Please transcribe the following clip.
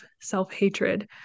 self-hatred